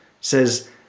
says